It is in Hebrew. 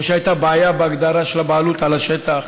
או כשהייתה בעיה בהגדרה של הבעלות על השטח,